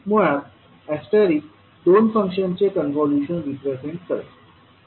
मुळात ऐस्टरिस्क दोन फंक्शन्सचे कॉन्व्होल्यूशन रिप्रेझेंट करेल